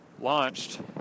launched